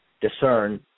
discern